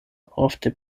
ofte